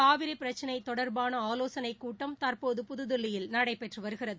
காவிரி பிரச்சினை தொடர்பான ஆலோசனைக் கூட்டம் தற்போது புதுதில்லியில் நடைபெற்று வருகிறது